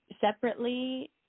separately